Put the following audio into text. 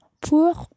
pour